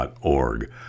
org